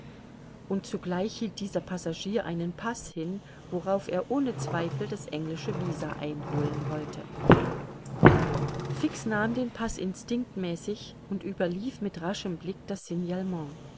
und zugleich hielt dieser passagier einen paß hin worauf er ohne zweifel das englische visa einholen wollte fix nahm den paß instinctmäßig und überlief mit raschem blick das